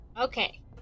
Okay